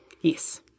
Yes